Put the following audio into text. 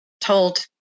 told